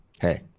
Hey